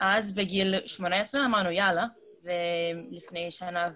בגיל 18, לפני שנה וחודש,